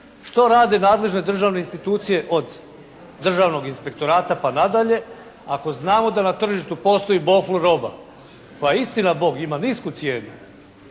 što rade nadležne državne institucije od Državnog inspektorata pa nadalje ako znamo da na tržištu postoji "bofur" roba koja istina Bog ima nisku cijenu,